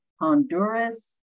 Honduras